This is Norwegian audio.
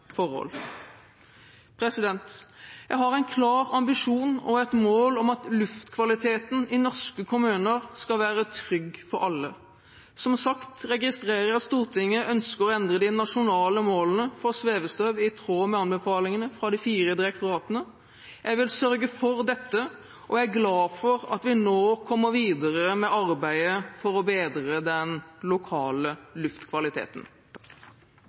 Jeg har en klar ambisjon og et mål om at luftkvaliteten i norske kommuner skal være trygg for alle. Som sagt registrerer jeg at Stortinget ønsker å endre de nasjonale målene for svevestøv i tråd med anbefalingene fra de fire direktoratene. Jeg vil sørge for dette, og er glad for at vi nå kommer videre med arbeidet for å bedre den lokale luftkvaliteten.